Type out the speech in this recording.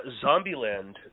Zombieland